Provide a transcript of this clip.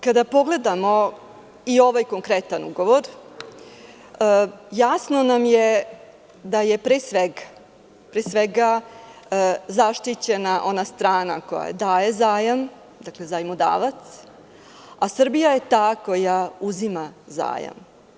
Kada pogledamo i ovaj konkretan ugovor, jasno nam je da je pre svega zaštićena ona strana koja daje zajam, dakle zajmodavac, a Srbija je ta koja uzima zajam.